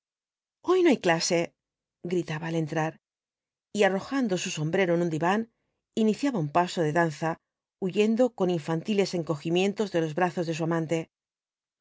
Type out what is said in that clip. hoy no hay clase gritaba al entrar y arrojando su sombrero en un diván iniciaba un paso de danza huyendo con infantiles encogimientos de los brazos de su amante